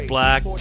Black